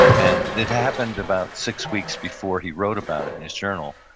and it happened about six weeks before he wrote about it in his journal.